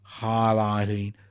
highlighting